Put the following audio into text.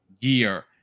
year